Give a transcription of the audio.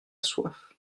soif